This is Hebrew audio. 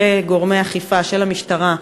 כגורמי אכיפה של המשטרה,